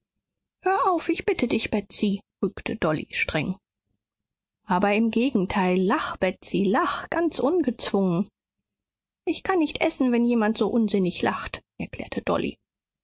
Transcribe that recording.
hör auf ich bitte dich betsy rügte dolly streng aber im gegenteil lach betsy lach ganz ungezwungen ich kann nicht essen wenn jemand so unsinnig lacht erklärte dolly